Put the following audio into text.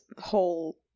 whole